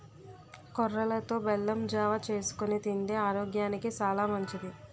కొర్రలతో బెల్లం జావ చేసుకొని తింతే ఆరోగ్యానికి సాలా మంచిది